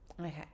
okay